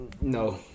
No